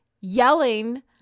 yelling